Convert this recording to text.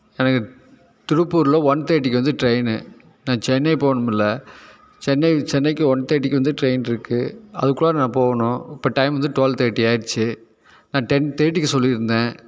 எனக்கு திருப்பூரில் ஒன் தேர்ட்டிக்கு வந்து ட்ரெயினு நான் சென்னை போகணுமுல்ல சென்னை சென்னைக்கு ஒன் தேர்ட்டிக்கு வந்து ட்ரெயின் இருக்கு அதுக்குள்ளே நான் போகணும் இப்போ டைம் வந்து டுவெல் தேர்ட்டி ஆகிடுச்சி நான் டென் தேர்ட்டிக்கு சொல்லி இருந்தேன்